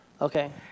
Okay